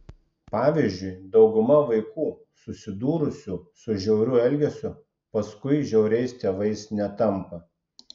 pavyzdžiui dauguma vaikų susidūrusių su žiauriu elgesiu paskui žiauriais tėvais netampa